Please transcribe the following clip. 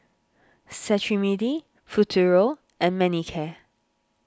Cetrimide Futuro and Manicare